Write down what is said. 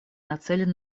нацелен